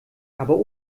aber